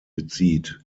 bezieht